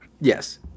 Yes